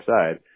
side